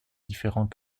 différents